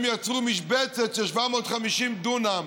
הם יצרו משבצת של 750 דונם.